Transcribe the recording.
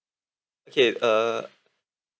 okay uh